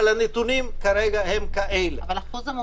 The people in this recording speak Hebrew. אבל הנתונים כרגע הם כפי שהצגתי.